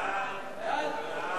לאט-לאט,